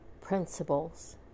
principles